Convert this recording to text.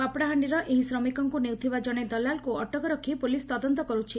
ପାପଡ଼ାହାଣ୍ଡିର ଏହି ଶ୍ରମିକଙ୍କୁ ନେଉଥିବା ଜଶେ ଦଲାଲଙ୍କୁ ଅଟକ ରଖି ପୁଲିସ୍ ତଦନ୍ତ କରୁଛି